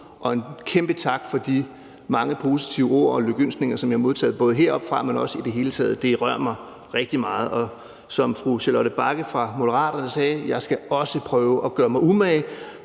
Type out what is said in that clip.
sige en kæmpe tak for de mange positive ord og lykønskninger, som jeg har modtaget både heroppefra, men også i det hele taget – det rører mig rigtig meget. Og som fru Charlotte Bagge Hansen fra Moderaterne sagde, skal jeg også prøve at gøre mig umage